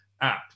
app